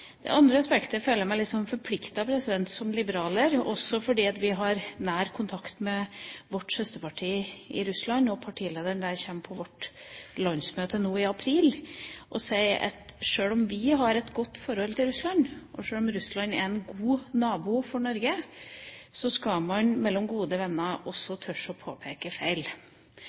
Det andre spekteret føler jeg meg litt forpliktet på som liberaler, også fordi vi har nær kontakt med vårt søsterparti i Russland, og partilederen der kommer på vårt landsmøte nå i april. Jeg vil si at sjøl om vi har et godt forhold til Russland, og sjøl om Russland er en god nabo for Norge, skal man mellom gode venner også tørre å påpeke feil.